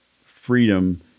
freedom